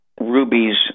Ruby's